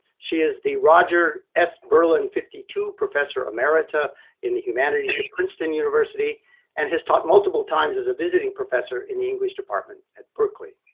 she is the roger s berlin fifty two, professor emerita in the humanities at princeton university and has taught multiple times as a visiting professor in the english department at berkeley.